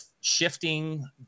shifting